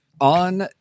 On